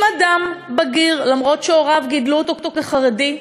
אם אדם בגיר, למרות שהוריו גידלו אותו כחרדי,